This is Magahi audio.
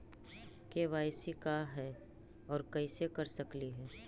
के.वाई.सी का है, और कैसे कर सकली हे?